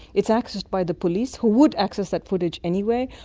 it's accessed by the police who would access that footage anyway,